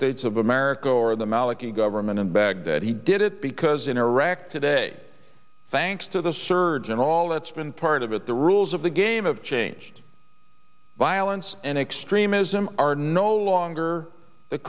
states of america or the maliki government in baghdad he did it because in iraq today thanks to the surge and all that's been part of it the rules of the game of changed violence and extremism are no longer the